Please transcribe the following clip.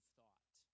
thought